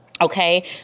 Okay